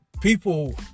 people